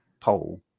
pole